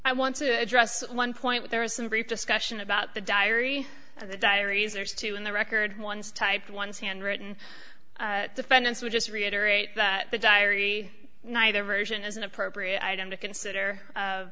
i want to address one point there is some brief discussion about the diary or the diaries or two in the record ones typed ones handwritten defendants would just reiterate that the diary neither version is an appropriate item to consider